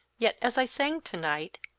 yet, as i sang to-night,